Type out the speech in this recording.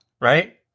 right